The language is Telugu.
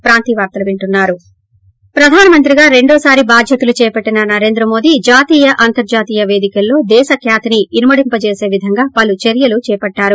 బ్రేక్ ప్రధాన మంత్రిగా రెండోసారి బాధ్యతలు చేపట్టిన నరేంద్రమోదీ జాతీయ అంతర్జాతీయ వేదికల్లో దేశ ఖ్యాతిని ఇనుమడింపచేస విధంగా పలు చర్యలు చేపట్లారు